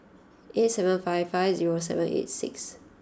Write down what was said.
eight seven five five zero seven eight six